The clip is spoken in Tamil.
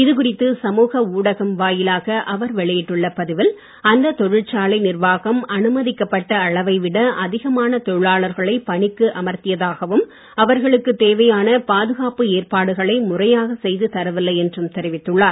இது குறித்து சமூக ஊடகம் வாயிலாக அவர் வெளியிட்டுள்ள பதிவில் அந்த தொழிற்சாலை நிர்வாகம் அனுமதிக்கப்பட்ட அளவை விட அதிகமான தொழிலாளர்களை தேவையான பாதுகாப்பு ஏற்பாடுகளை முறையாக செய்து தரவில்லை என்றும் தெரிவித்துள்ளார்